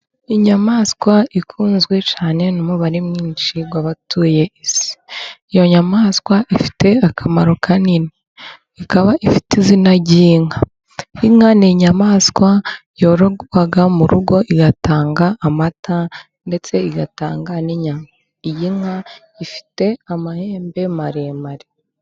Inyamaswa ikunzwe cyane n'umubare mwinshi w'abatuye isi. Iyo nyamaswa ifite akamaro kanini, ikaba ifite izina ry'inka. Inka ni inyamaswa yororwa mu rugo, igatanga amata ndetse igatanga n'inyama. Iyi nka ifite amahembe maremare.